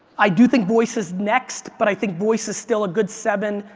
i do think voice is next but i think voice is still a good seven,